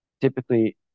Typically